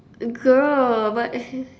girl but